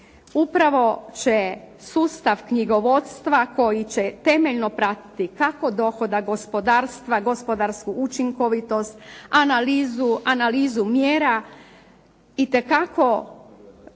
Upravo će sustav knjigovodstva koji će temeljno pratiti kako dohodak gospodarstva, gospodarsku učinkovitost, analizu, analizu mjera itekako